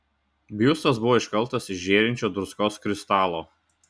biustas buvo iškaltas iš žėrinčio druskos kristalo